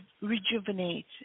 rejuvenate